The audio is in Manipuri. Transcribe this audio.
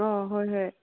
ꯑꯥ ꯍꯣꯏ ꯍꯣꯏ